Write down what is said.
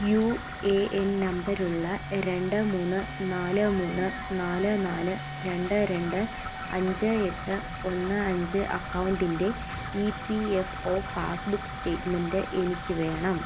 U A N നമ്പറുള്ള രണ്ട് മൂന്ന് നാല് മൂന്ന് നാല് നാല് രണ്ട് രണ്ട് അഞ്ച് എട്ട് ഒന്ന് അഞ്ച് അക്കൗണ്ടിന്റെ E P F O passbook statement എനിക്ക് വേണം